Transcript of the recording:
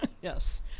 Yes